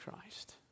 Christ